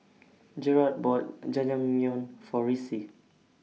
Jerad bought Jajangmyeon For Ricci